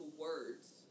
words